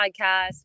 podcast